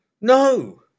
no